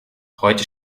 heute